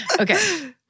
Okay